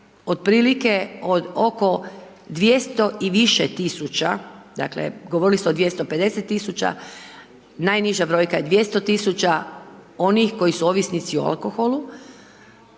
otprilike od oko 200 i više tisuća, dakle govorili ste o 250 tisuća, najniža brojka je 200 tisuća onih koji su ovisnici o alkoholu,